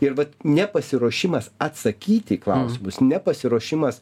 ir vat nepasiruošimas atsakyti į klausimus nepasiruošimas